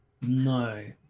no